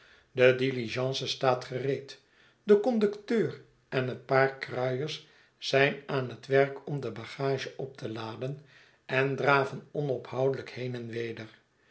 de diligence staat gereed de conducteur en een paar kruiers zijn aan het werk om de bagage op te laden en draven onophoudelyk heen en weder